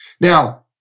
Now